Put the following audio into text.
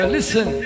Listen